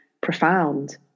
profound